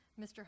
Mr